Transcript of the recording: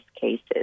cases